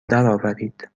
درآورید